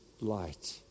light